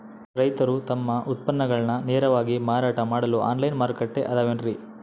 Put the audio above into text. ರೈತರು ತಮ್ಮ ಉತ್ಪನ್ನಗಳನ್ನ ನೇರವಾಗಿ ಮಾರಾಟ ಮಾಡಲು ಆನ್ಲೈನ್ ಮಾರುಕಟ್ಟೆ ಅದವೇನ್ರಿ?